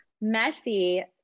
Messy